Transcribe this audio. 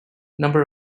number